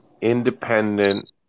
independent